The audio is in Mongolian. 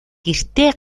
гэртээ